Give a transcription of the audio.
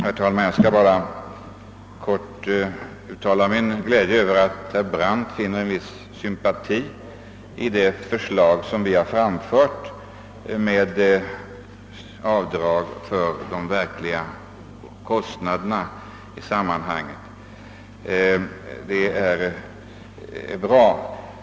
Herr talman! Jag vill bara helt kort uttala min glädje över att herr Brandt känner en viss sympati för det förslag vi framlagt beträffande avdrag för de verkliga kostnaderna. Det är bra.